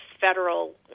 federal